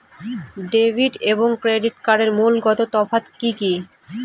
Debit এবং credit কার্ডের মূলগত তফাত কি কী?